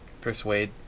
persuade